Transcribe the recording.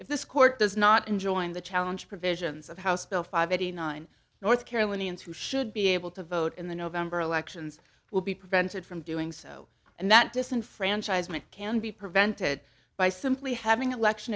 if this court does not enjoying the challenge provisions of house bill five eighty nine north carolinians who should be able to vote in the november elections will be prevented from doing so and that disenfranchisement can be prevented by simply having election